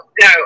no